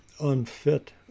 unfit